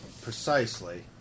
precisely